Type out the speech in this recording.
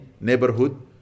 neighborhood